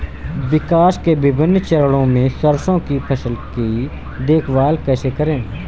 विकास के विभिन्न चरणों में सरसों की फसल की देखभाल कैसे करें?